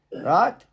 right